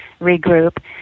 regroup